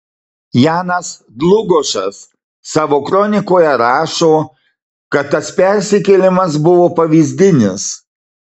janas dlugošas savo kronikoje rašo kad tas persikėlimas buvo pavyzdinis